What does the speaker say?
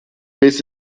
biss